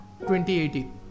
2018